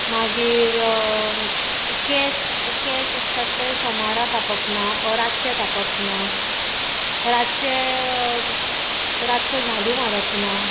मागीर केंस केंस आसतात ते सोमारा कापप ना ऑर रातचे कापप ना रातचें रातचो झाडू मारप ना